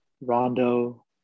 Rondo